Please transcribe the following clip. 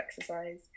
exercise